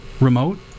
remote